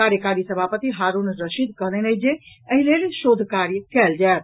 कार्यकारी सभापति हारुण रशीद कहलनि अछि जे एहि लेल शोध कार्य कयल जायत